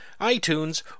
iTunes